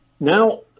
Now